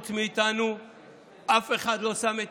חוץ מאיתנו אף אחד לא שם את